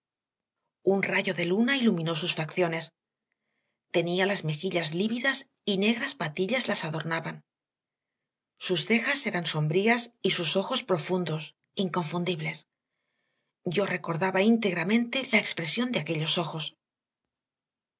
un rayo de luna iluminó sus facciones tenía las mejillas lívidas y negras patillas las adornaban sus cejas eran sombrías y sus ojos profundos inconfundibles yo recordaba íntegramente la expresión de aquellos ojos